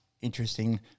Interesting